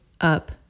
up